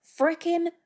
freaking